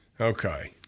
Okay